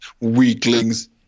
weaklings